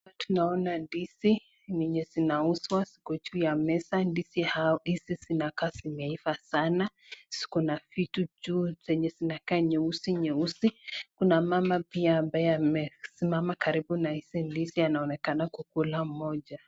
Hapa tunaona ndizi zenye zinauzwa, ziko juu ya meza. Ndizi hizi zinakaa zimeiva sana, ziko na vitu juu zenye zinakaa nyeusi nyeusi. Kuna mama ambaye amesimama karibu na hizi ndizi anaonekana kukula moja.